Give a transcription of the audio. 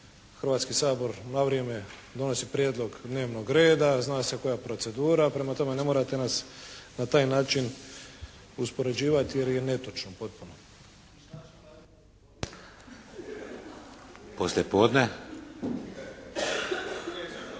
Hrvatski sabor na vrijeme donosi prijedlog dnevnog reda. Zna se koja je procedura. Prema tome ne morate nas na taj način uspoređivati jer je netočno potpuno. **Šeks,